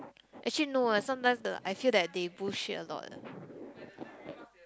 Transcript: actually no ah sometimes the I feel that they bullshit a lot